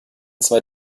zwei